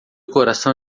coração